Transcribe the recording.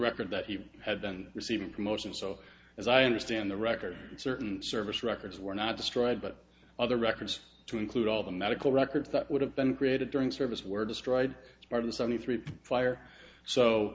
record that he had been receiving promotion so as i understand the record certain service records were not destroyed but other records to include all the medical records that would have been created during service were destroyed part of the seventy three fire